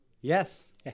Yes